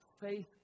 Faith